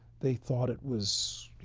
they thought it was, you